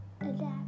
Adapt